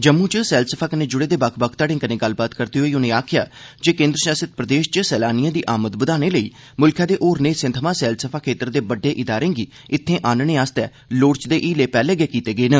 जम्मू च सैलसफा कन्नै जुड़े दे बक्ख बक्ख घड़े कन्नै गल्लबात करदे होई उने आखेआ जे केन्द्र शासित प्रदेश च सैलानिएं दी आमद बधाने लेई मुल्खै दे होरनें हिस्सें थमां सैलसफा खेत्तर दे बड्डे इदारें गी इत्थे आह्नने लेई लोड़चदे हीले पैह्ले गै करी लैते गेदे न